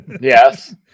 Yes